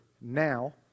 now